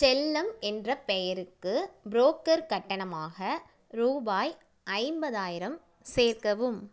செல்லம் என்ற பெயருக்கு புரோக்கர் கட்டணமாக ரூபாய் ஐம்பதாயிரம் சேர்க்கவும்